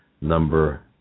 number